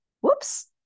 Whoops